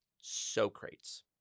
Socrates